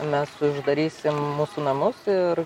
mes uždarysim mūsų namus ir